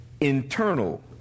internal